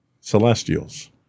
celestials